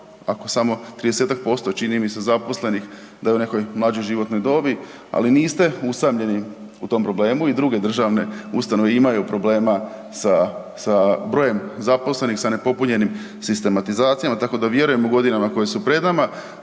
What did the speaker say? posto, čini mi se, zaposlenih, da je u nekoj mlađoj životnoj dobi. Ali, niste usamljeni u tom problemu. I druge državne ustanove imaju problema sa brojem zaposlenih, sa nepopunjenim sistematizacijama, tako da vjerujemo godinama koje su pred nama,